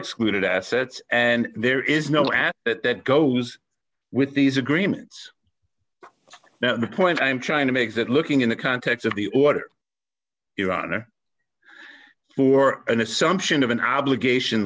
excluded assets and there is no at that that goes with these agreements now the point i'm trying to make that looking in the context of the order iran or for an assumption of an obligation